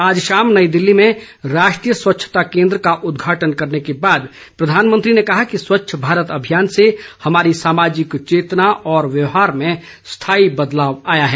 आज शाम नई दिल्ली में राष्ट्रीय स्वच्छता केंद्र का उदघाटन करने के बाद प्रधानमंत्री ने कहा कि स्वच्छ भारत अभियान से हमारी सामाजिक चेतना और व्यवहार में स्थायी बदलाव आया है